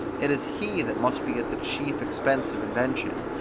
it is he that must be at the chief expense of invention,